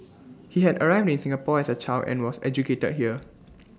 he had arrived in Singapore as A child and was educated here